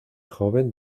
joven